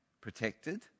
protected